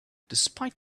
despite